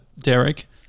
Derek